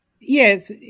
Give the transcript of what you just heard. Yes